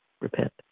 repent